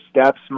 steps